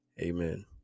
Amen